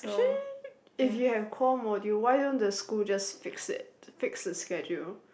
actually if you have core module why don't the school just fix it fix the schedule